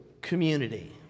community